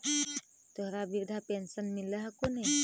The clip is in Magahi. तोहरा वृद्धा पेंशन मिलहको ने?